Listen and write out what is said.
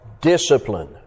discipline